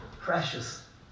precious